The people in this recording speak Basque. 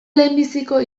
lehenbiziko